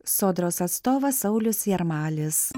sodros atstovas saulius jarmalis